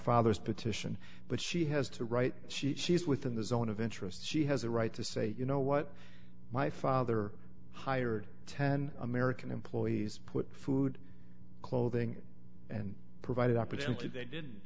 father's petition but she has to write she she is within the zone of interest she has a right to say you know what my father hired ten american employees put food clothing and provided opportunity they did